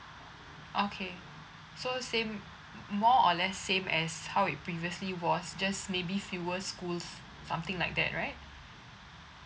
okay so same more or less same as how it previously was just maybe fewer schools something like that right